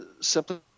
simply